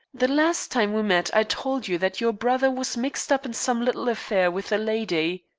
the last time we met i told you that your brother was mixed up in some little affair with a lady.